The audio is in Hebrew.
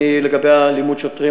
לגבי אלימות שוטרים,